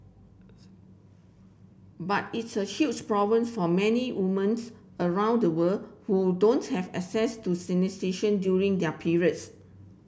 but it's a huge problems for many women around the world who don't have access to sanitation during their periods